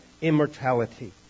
immortality